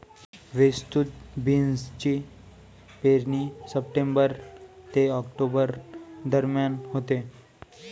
विस्तृत बीन्सची पेरणी सप्टेंबर ते ऑक्टोबर दरम्यान होते